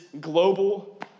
global